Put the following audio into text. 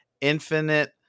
infinite